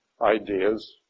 ideas